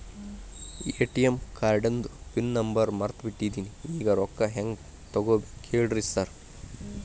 ATM ಕಾರ್ಡಿಂದು pin number ಮರ್ತ್ ಬಿಟ್ಟಿದೇನಿ ಈಗ ರೊಕ್ಕಾ ಹೆಂಗ್ ತೆಗೆಬೇಕು ಹೇಳ್ರಿ ಸಾರ್